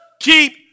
keep